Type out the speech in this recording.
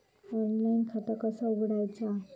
Online खाता कसा उघडायचा?